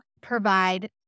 provide